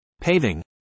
paving